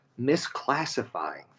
misclassifying